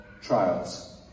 trials